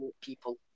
people